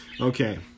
Okay